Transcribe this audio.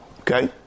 Okay